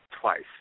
twice